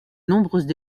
nombreuses